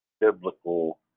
biblical